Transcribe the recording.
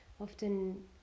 often